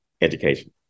education